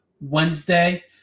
Wednesday